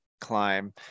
climb